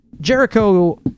Jericho